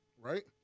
right